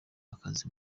akazi